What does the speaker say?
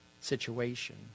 situation